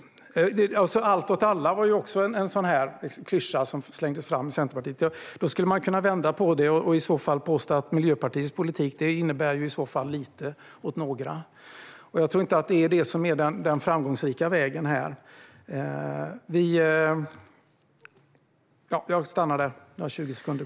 "Allt åt alla" var en klyscha som slängdes fram om Centerpartiet. Man skulle kunna vända på det och påstå att Miljöpartiets politik innebär lite åt några. Jag tror inte att det är den framgångsrika vägen här.